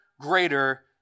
greater